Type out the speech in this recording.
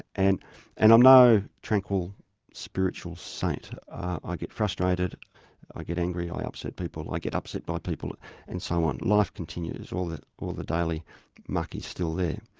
and and i'm no tranquil spiritual saint, i get frustrated, i get angry, i upset people, i get upset by people and so on life continues, all the all the daily muck is still there.